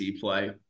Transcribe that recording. play